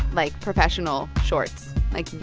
like, professional shorts like,